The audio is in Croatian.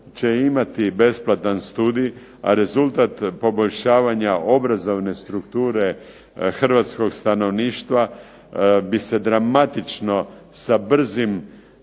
će imati besplatan studij, a rezultat poboljšavanja obrazovne strukture hrvatskog stanovništva bi se dramatično sa brzim,